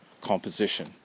composition